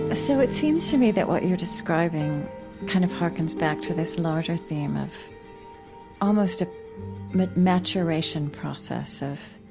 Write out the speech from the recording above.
ah so it seems to me that what you're describing kind of harkens back to this larger theme of almost a but maturation process of